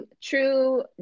true